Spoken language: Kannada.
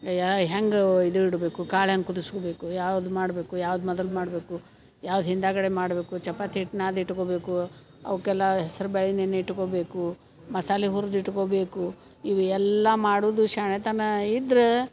ಅಯ್ಯಾ ಹೆಂಗೆ ಇದು ಇಡಬೇಕು ಕಾಳು ಹೆಂಗೆ ಕುದುಸ್ಕೊಬೇಕು ಯಾವುದು ಮಾಡಬೇಕು ಯಾವ್ದು ಮೊದಲು ಮಾಡಬೇಕು ಯಾವ್ದು ಹಿಂದಾಗಡೆ ಮಾಡಬೇಕು ಚಪಾತಿ ಹಿಟ್ಟು ನಾದಿ ಇಟ್ಕೊಬೇಕು ಅವ್ಕೆಲ್ಲ ಹೆಸರು ಬ್ಯಾಳಿ ನೆನಿ ಇಟ್ಕೊಬೇಕು ಮಸಾಲೆ ಹುರಿದು ಇಟ್ಕೊಬೇಕು ಇವು ಎಲ್ಲ ಮಾಡುದು ಶಾಣೆತನಾ ಇದ್ರೆ